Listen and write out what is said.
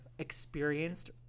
experienced